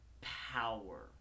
power